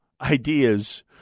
ideas